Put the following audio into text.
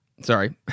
Sorry